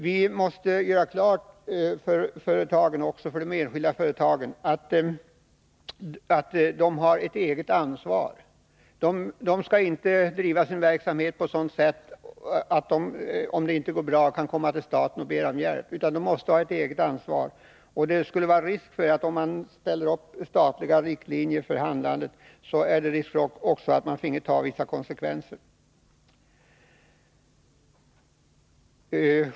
Vi måste göra klart för de enskilda företagen att de har ett eget ansvar. De skallinte driva sin verksamhet på ett sådant sätt att de, om verksamheten inte går bra, kan komma till staten och be om hjälp, utan de måste ta ett eget ansvar. Om man fastställde statliga riktlinjer för handlandet, skulle det finnas risk för att man också finge ta vissa konsekvenser.